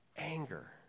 anger